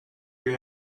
you